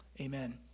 amen